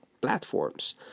platforms